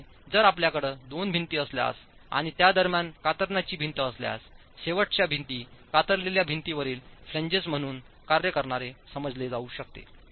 त्यामुळे जर आपल्याकडे दोन भिंती असल्यास आणि त्या दरम्यान कातरांची भिंत असल्यास शेवटच्या भिंती कातरलेल्या भिंतीवरील फ्लॅन्जेस म्हणून कार्य करणारे समजले जाऊ शकते